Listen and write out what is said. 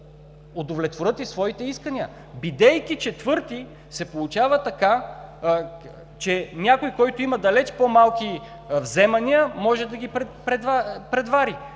удовлетворят своите искания. Бидейки четвърти се получава така, че някой, който има далеч по-малки вземания, може да ги превари.